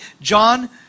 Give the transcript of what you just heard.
John